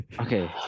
Okay